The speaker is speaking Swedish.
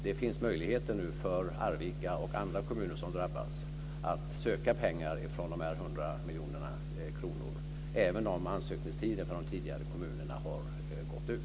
Nu finns det möjligheter för Arvika och andra kommuner som drabbas att söka pengar från dessa 100 miljoner kronor även om ansökningstiden för de tidigare drabbade kommunerna har gått ut.